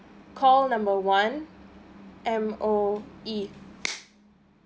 call number one M_O_E